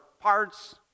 parts